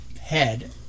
head